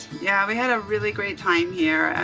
yeah we had a really great time here.